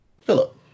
Philip